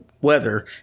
weather